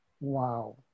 Wow